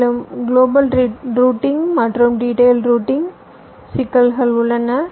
மேலும் global routing மற்றும் detail ரூட்டிங்கில் சிக்கல் உள்ளன